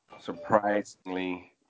surprisingly